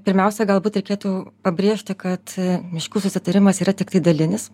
pirmiausia galbūt reikėtų pabrėžti kad e miškų susitarimas yra tiktai dalinis